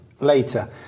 later